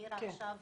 מאיר עכשיו